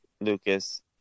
Lucas